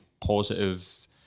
positive